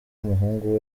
umuhungu